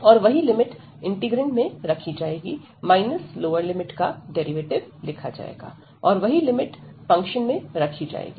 और वही limit integrand में रखी जाएगी माइनस लोअर लिमिट का डेरिवेटिव लिखा जाएगा और वही लिमिट फंक्शन में रखी जाएगी